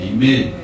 Amen